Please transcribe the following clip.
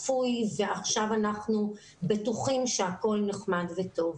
אפוי ועכשיו אנחנו בטוחים שהכול נחמד וטוב.